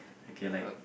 okay like